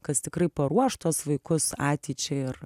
kas tikrai paruoš tuos vaikus ateičiai ir